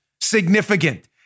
Significant